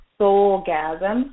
Soulgasm